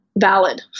valid